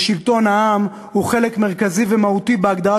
שלטון העם הוא חלק מרכזי ומהותי בהגדרה